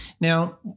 Now